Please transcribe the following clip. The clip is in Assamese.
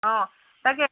অঁ তাকে